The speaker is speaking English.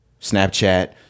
Snapchat